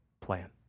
plan